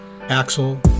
Axel